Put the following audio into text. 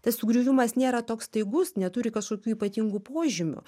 tas sugriuvimas nėra toks staigus neturi kažkokių ypatingų požymių